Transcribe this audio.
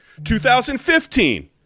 2015